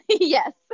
Yes